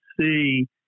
see